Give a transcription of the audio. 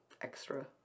extra